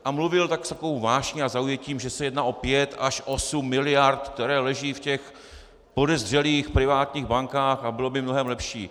A mluvil s takovou vášní a zaujetím, že se jedná o pět až osm miliard, které leží v těch podezřelých privátních bankách, a bylo by mnohem lepší...